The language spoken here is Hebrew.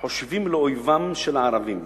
"חושבים לאויבם של הערבים"